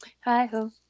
hi-ho